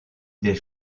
des